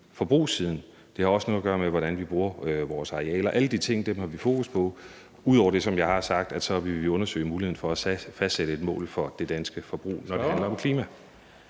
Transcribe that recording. forbrugssiden. Det har også noget at gøre med, hvordan vi bruger vores arealer. Alle de ting har vi fokus på. Ud over det, som jeg har sagt, vil vi undersøge muligheden for at fastsætte et mål for det danske forbrug, når det handler om klima.